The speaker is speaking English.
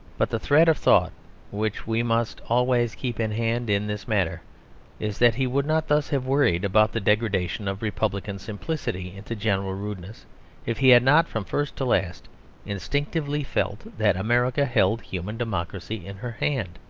but the thread of thought which we must always keep in hand in this matter is that he would not thus have worried about the degradation of republican simplicity into general rudeness if he had not from first to last instinctively felt that america held human democracy in her hand,